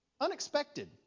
Unexpected